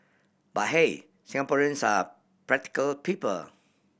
but hey Singaporeans are practical people